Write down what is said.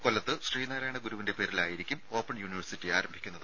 കൊല്ലത്ത് ശ്രീനാരായണ ഗുരുവിന്റെ പേരിൽ ആയിരിക്കും ഓപ്പൺ യൂണിവേഴ്സിറ്റി ആരംഭിക്കുന്നത്